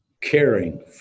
caring